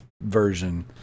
version